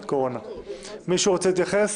מישהו רוצה להתייחס?